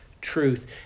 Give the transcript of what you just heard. truth